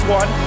one